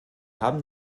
haben